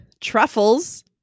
truffles